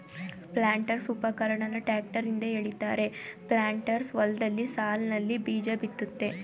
ಪ್ಲಾಂಟರ್ಸ್ಉಪಕರಣನ tractor ಹಿಂದೆ ಎಳಿತಾರೆ planters ಹೊಲ್ದಲ್ಲಿ ಸಾಲ್ನಲ್ಲಿ ಬೀಜಬಿತ್ತುತ್ತೆ